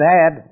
Bad